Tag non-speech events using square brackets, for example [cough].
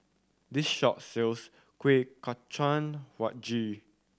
this shop sells kuih kacang [unintelligible]